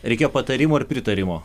reikėjo patarimų ar pritarimo